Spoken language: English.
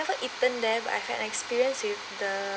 never eaten there but I have an experience with the